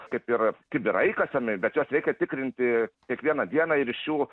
kaip ir kibirai kas tenai bet juos reikia tikrinti kiekvieną dieną ir iš jų